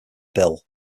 bill